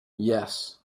yes